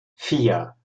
vier